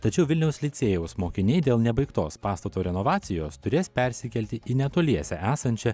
tačiau vilniaus licėjaus mokiniai dėl nebaigtos pastato renovacijos turės persikelti į netoliese esančią